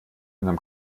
unterm